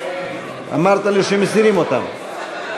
אמרת לי שמסירים אותן.